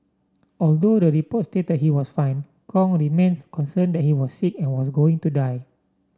although the report stated he was fine Kong remains concerned that he was sick and was going to die